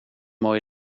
mooi